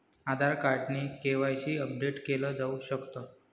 आधार card ने KYC update केल जाऊ शकत